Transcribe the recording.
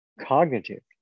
cognitive